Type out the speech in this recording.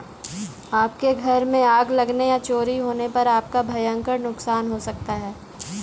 आपके घर में आग लगने या चोरी होने पर आपका भयंकर नुकसान हो सकता है